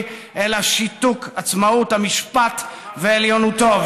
אלא שיתוק עצמאות המשפט ועליונותו,